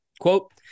Quote